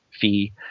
fee